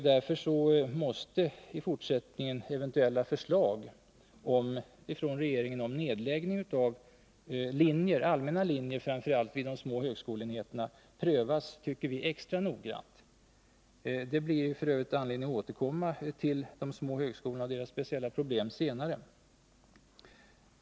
Därför måste i fortsättningen eventuella förslag från regeringen om nedläggning av framför allt allmänna utbildningslinjer vid de små högskoleenheterna prövas extra noggrant. Det blir f. ö. anledning att återkomma till de små högskolorna och deras speciella problem senare.